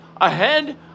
ahead